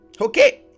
Okay